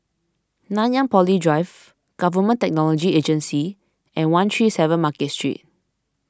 Nanyang Poly Drive Government Technology Agency and one three seven Market Street